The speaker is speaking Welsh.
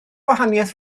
gwahaniaeth